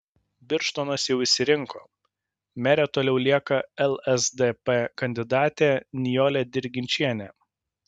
birštonas jau išsirinko mere toliau lieka lsdp kandidatė nijolė dirginčienė